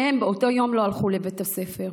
באותו היום הם לא הלכו לבית הספר.